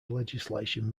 legislation